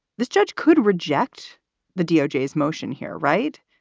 this judge could reject the doj as motion here. right,